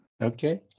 Okay